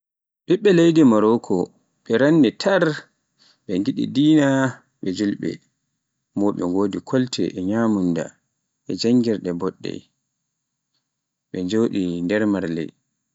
ɓiɓɓe leydi Moroko, ɓe rannti tar ɓe ngiɗi dina ɓe julɓe, bo ɓe wodi kolte e nyamunda e janngirde boɗɗe, ɓe njoɗe nder marle.